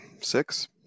Six